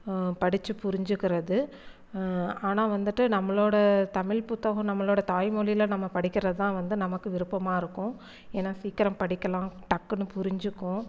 படித்து புரிஞ்சுக்கிறது ஆனால் வந்துட்டு நம்மளோடய தமிழ் புத்தகம் நம்மளோடய தாய் மொழியில் நம்ம படிக்கிறது தான் வந்து நமக்கு விருப்பமாக இருக்கும் ஏன்னால் சீக்கிரம் படிக்கலாம் டக்குனு புரிஞ்சுக்கும்